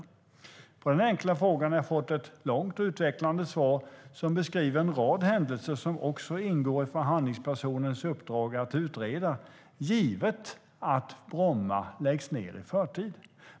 På den enkla frågan har jag fått ett långt och utvecklande svar som beskriver en rad händelser som också ingår i förhandlingspersonens uppdrag att utreda, givet att Bromma läggs ned i förtid.